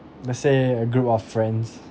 let's say a group of friends